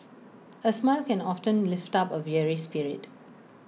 A smile can often lift up A weary spirit